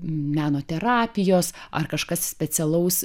meno terapijos ar kažkas specialaus